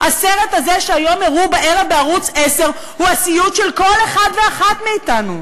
הסרט הזה שהיום הראו בערב בערוץ 10 הוא הסיוט של כל אחד ואחת מאתנו.